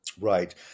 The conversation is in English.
Right